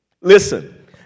Listen